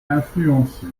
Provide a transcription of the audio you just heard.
influencés